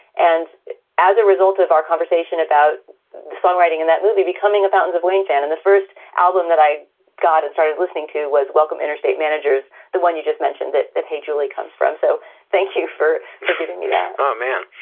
and as a result of our conversation about the songwriting and that movie becoming a fountains of wayne fan and the first album that i got i and started listening to was welcome interstate managers, the one you just mentioned that that he julie comes from. so thank you for for giving me that um man.